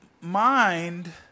mind